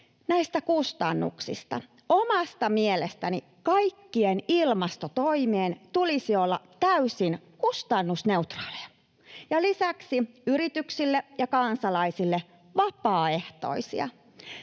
Näistä kustannuksista: Omasta mielestäni kaikkien ilmastotoimien tulisi olla täysin kustannusneutraaleja ja lisäksi yrityksille ja kansalaisille vapaaehtoisia.